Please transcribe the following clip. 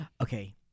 Okay